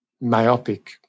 myopic